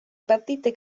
partite